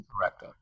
correct